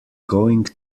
going